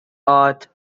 art